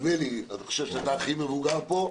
אני חושב שאתה הכי מבוגר פה,